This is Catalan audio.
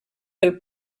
del